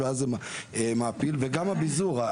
גם הביזור.